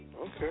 Okay